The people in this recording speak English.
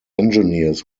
engineers